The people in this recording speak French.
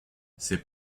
c’est